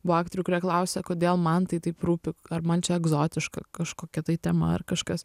buvo aktorių kurie klausė kodėl man tai taip rūpi ar man čia egzotiška kažkokia tai tema ar kažkas